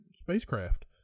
spacecraft